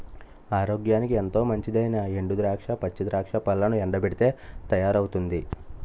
ఆరోగ్యానికి ఎంతో మంచిదైనా ఎండు ద్రాక్ష, పచ్చి ద్రాక్ష పళ్లను ఎండబెట్టితే తయారవుతుంది